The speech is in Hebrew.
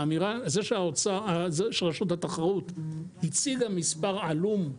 זה שרשות התחרות הציגה מספר עלום,